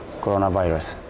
coronavirus